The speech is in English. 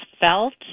felt